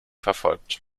verfolgt